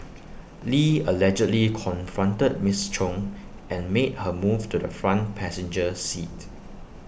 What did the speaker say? lee allegedly confronted miss chung and made her move to the front passenger seat